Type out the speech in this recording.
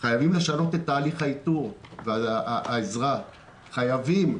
חייבים לשנות את תהליך האיתור והעזרה, חייבים.